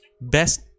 best